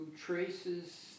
traces